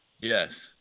Yes